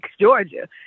georgia